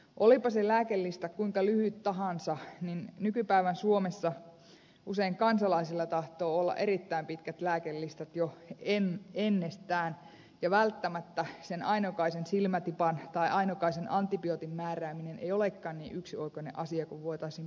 olipa se lääkelista kuinka lyhyt tahansa niin nykypäivän suomessa usein kansalaisilla tahtoo olla erittäin pitkät lääkelistat jo ennestään ja välttämättä sen ainokaisen silmätipan tai ainokaisen antibiootin määrääminen ei olekaan niin yksioikoinen asia kuin voitaisiin paperilla ajatella